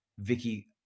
Vicky